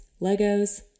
Legos